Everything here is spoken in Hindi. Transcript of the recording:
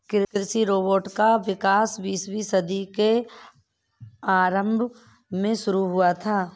कृषि रोबोट का विकास बीसवीं सदी के आरंभ में शुरू हुआ था